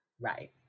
right